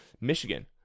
Michigan